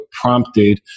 prompted